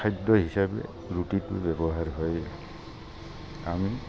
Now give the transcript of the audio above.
খাদ্য হিচাপে ৰুটিটো ব্যৱহাৰ হয়েই আমি